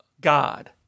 God